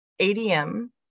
ADM